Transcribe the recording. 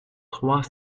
trois